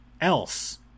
else